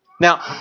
Now